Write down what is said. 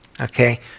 Okay